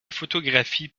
photographies